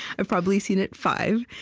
i've probably seen it five,